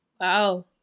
Wow